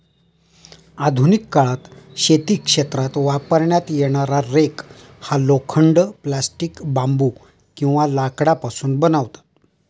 आधुनिक काळात शेती क्षेत्रात वापरण्यात येणारा रेक हा लोखंड, प्लास्टिक, बांबू किंवा लाकडापासून बनवतात